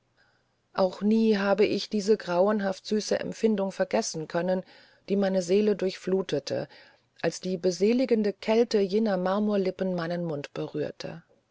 auch nie habe ich diese grauenhaft süße empfindung vergessen können die meine seele durchflutete als die beseligende kälte jener marmorlippen meinen mund berührte